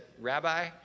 Rabbi